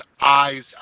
eyes